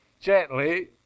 Gently